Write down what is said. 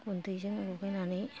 गुन्दैजों लगायनानै